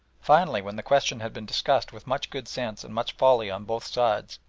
finally, when the question had been discussed with much good sense and much folly on both sides,